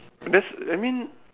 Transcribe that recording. that's I mean